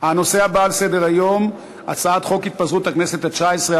הנושא הבא על סדר-היום: הצעת חוק התפזרות הכנסת התשע-עשרה,